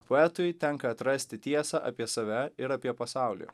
poetui tenka atrasti tiesą apie save ir apie pasaulį